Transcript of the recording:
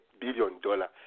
billion-dollar